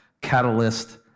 Catalyst